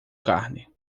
carne